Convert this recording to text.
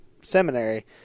seminary